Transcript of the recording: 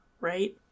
right